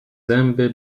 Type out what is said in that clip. zęby